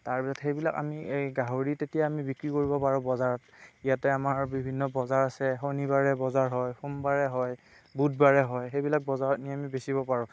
তাৰ পিছত সেইবিলাক আমি এই গাহৰি তেতিয়া আমি বিক্ৰী কৰিব পাৰোঁ বজাৰত ইয়াতে আমাৰ বিভিন্ন বজাৰ আছে শনিবাৰে বজাৰ হয় সোমবাৰে হয় বুধবাৰে হয় সেইবিলাক বজাৰত নি আমি বেচিব পাৰোঁ